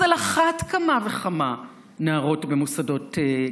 אז על אחת כמה וכמה נערות במוסדות,